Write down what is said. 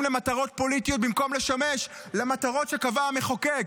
למטרות פוליטיות במקום לשמש למטרות שקבע המחוקק?